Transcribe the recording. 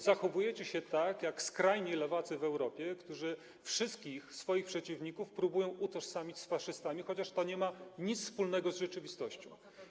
Zachowujecie się tak jak skrajni lewacy w Europie, którzy wszystkich swoich przeciwników próbują utożsamić z faszystami, chociaż to nie ma nic wspólnego z rzeczywistością.